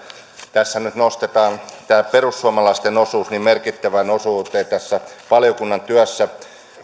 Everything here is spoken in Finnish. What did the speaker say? tässä nyt nostetaan tämä perussuomalaisten osuus niin merkittävään osuuteen tässä valiokunnan työssä